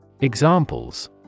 Examples